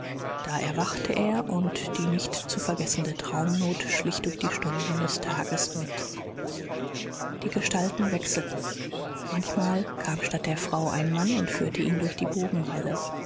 da erwachte er und die nicht zu vergessende traumnot schlich durch die stunden des tages mit die gestalten wechselten manchmal kam statt der frau ein mann und führte ihn durch die